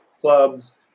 clubs